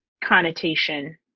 connotation